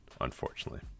unfortunately